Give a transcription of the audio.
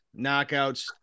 knockouts